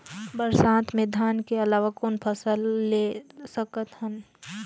बरसात मे धान के अलावा कौन फसल ले सकत हन?